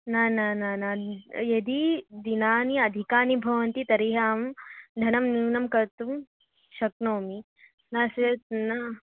न न न न यदि दिनानि अधिकानि भवन्ति तर्हि अहं धनं न्यूनं कर्तुं शक्नोमि नास्ति चेत् न